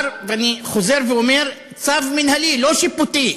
אני חוזר ואומר שמדובר בצו מינהלי ולא שיפוטי.